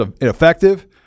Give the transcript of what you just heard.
ineffective